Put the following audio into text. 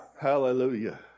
Hallelujah